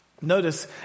Notice